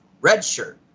redshirt